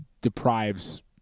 deprives